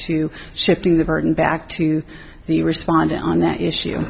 to shifting the burden back to the respondent on that issue